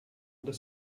under